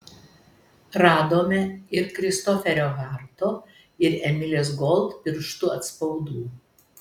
radome ir kristoferio harto ir emilės gold pirštų atspaudų